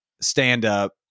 stand-up